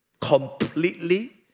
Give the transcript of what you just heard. Completely